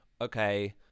okay